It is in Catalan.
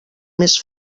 més